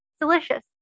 delicious